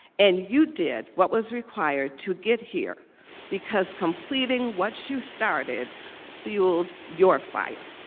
and you did what was required to get here because completing what you started fueled your fire.